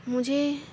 مجھے